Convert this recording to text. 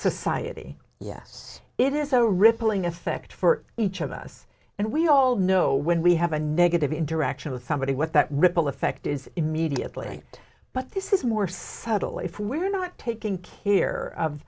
society yes it is a rippling effect for each of us and we all know when we have a negative interaction with somebody what that ripple effect is immediately but this is more subtle if we're not taking care of